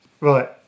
Right